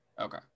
Okay